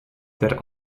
der